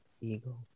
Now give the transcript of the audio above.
Eagle